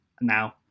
now